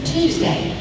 Tuesday